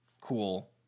cool